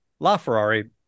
LaFerrari